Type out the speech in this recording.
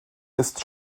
ist